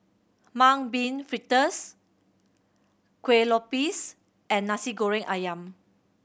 Mung Bean Fritters Kueh Lopes and Nasi Goreng Ayam